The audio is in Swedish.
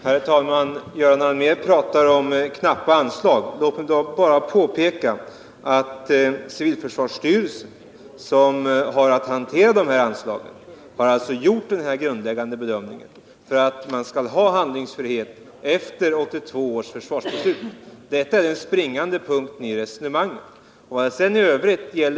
Herr talman! Göran Allmér pratar om knappa anslag. Låt mig då bara påpeka att civilförsvarsstyrelsen, som har att hantera dessa anslag, har gjort samma grundläggande bedömning som vi att man skall ha handlingsfrihet efter 1982 års försvarsbeslut. Detta är den springande punkten i resonemanget.